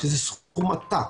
שזה סכום עתק,